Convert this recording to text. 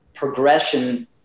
progression